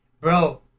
bro